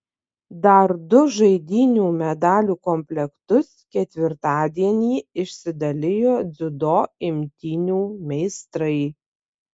dar du žaidynių medalių komplektus ketvirtadienį išsidalijo dziudo imtynių meistrai